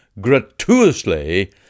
gratuitously